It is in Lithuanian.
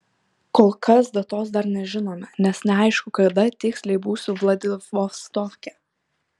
kol kas datos dar nežinome nes neaišku kada tiksliai būsiu vladivostoke